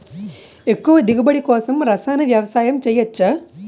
ఎక్కువ దిగుబడి కోసం రసాయన వ్యవసాయం చేయచ్చ?